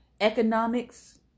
economics